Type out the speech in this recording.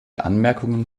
anmerkungen